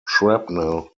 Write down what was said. shrapnel